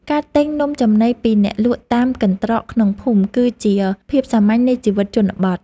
ការទិញនំចំណីពីអ្នកលក់តាមកន្ត្រកក្នុងភូមិ គឺជាភាពសាមញ្ញនៃជីវិតជនបទ។